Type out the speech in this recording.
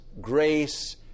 grace